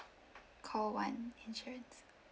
call one insurance